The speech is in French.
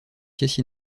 pièce